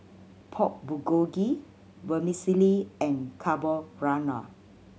Pork Bulgogi Vermicelli and Carbonara